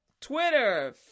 Twitter